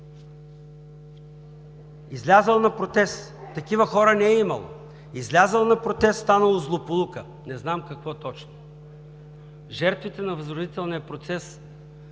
Излязъл на протест – такива хора не е имало, излязъл на протест – станало злополука, не знам какво точно.“ Жертвите на възродителния процес